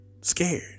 scared